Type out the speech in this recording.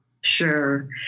Sure